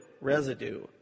residue